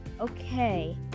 Okay